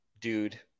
dude